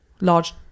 large